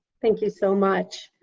thank you so much.